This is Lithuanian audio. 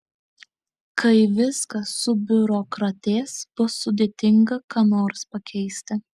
kai viskas subiurokratės bus sudėtinga ką nors pakeisti